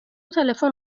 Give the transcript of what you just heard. تلفن